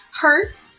hurt